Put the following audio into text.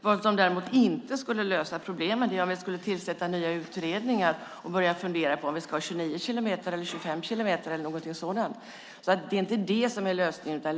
Vad som däremot inte skulle lösa problemen är om vi skulle tillsätta nya utredningar och börja fundera på om gränsen ska vara 29 kilometer, 25 kilometer eller något annat. Det är ju inte det som är lösningen.